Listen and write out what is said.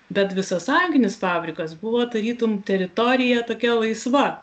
bet visasąjunginis fabrikas buvo tarytum teritorija tokia laisva